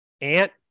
Ant